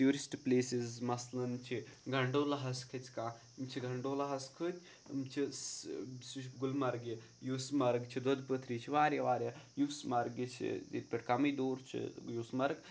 tourist places مثلاً چھِ گَنڈولاہَس کھٔسہِ کانٛہہ یِم چھِ گَنڈولاہَس کھٔتۍ یِم چھِ سُہ سُہ چھِ گُلمرگہِ یوٗسمَرٕگ چھِ دۄد پٔتھری چھِ واریاہ واریاہ یوٗسمَرگہِ چھِ ییٚتہِ پٮ۪ٹھ کَمٕے دوٗر چھِ یوٗسمَرگ